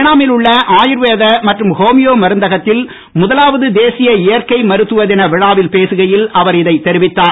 ஏனாமில் உள்ள ஆயுர்வேத மற்றும் ஹோமியோ மருந்தகத்தில் முதலாவது தேசிய இயற்கை மருத்துவ தின விழாவில் பேசுகையில் அவர் இதை தெரிவித்தார்